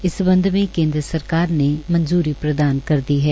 इस सम्बध में केन्द्र सरकार ने मंजूरी प्रदान कर दी है